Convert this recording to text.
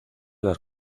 las